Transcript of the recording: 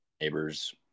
neighbors